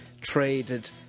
traded